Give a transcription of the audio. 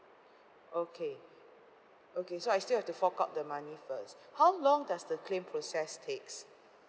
okay okay so I still have to fork out the money first how long does the claim process takes